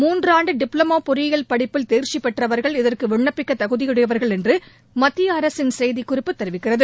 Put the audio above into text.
முன்றாண்டு diploma பொறியில் தேர்க்சி பெற்றவர்கள் இதற்கு விண்ணப்பிக்க தகுதியுடையவர்கள் என மத்திய அரசின் செய்திக்குறிப்பு தெரிவிக்கிறது